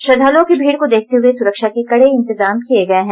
श्रद्धालुओं की भीड़ को देखते हुए सुरक्षा के कड़े इंतजाम किए गए हैं